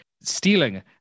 stealing